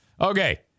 Okay